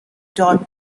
dot